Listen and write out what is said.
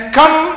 come